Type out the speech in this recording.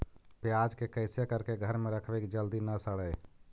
प्याज के कैसे करके घर में रखबै कि जल्दी न सड़ै?